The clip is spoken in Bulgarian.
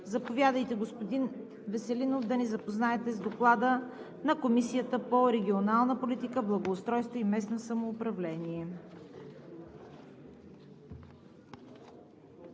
Заповядайте, господин Веселинов, да ни запознаете с Доклада на Комисията по регионална политика, благоустройство и местно самоуправление.